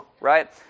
right